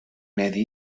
medi